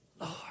Lord